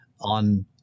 on